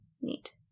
neat